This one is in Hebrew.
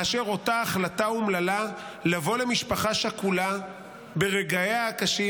מאשר אותה החלטה אומללה לבוא למשפחה שכולה ברגעיה הקשים